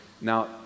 Now